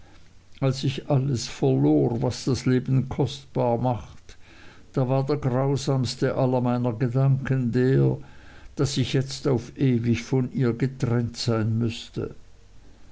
als ich alles verlor was das leben kostbar macht da war der grausamste aller meiner gedanken der daß ich jetzt auf ewig von ihr getrennt sein müßte